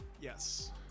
Yes